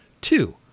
Two